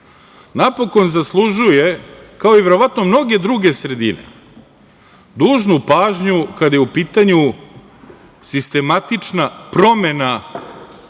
napokon zaslužuju, kao verovatno i mnoge druge sredine, dužnu pažnju kada je u pitanju sistematična promena